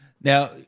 Now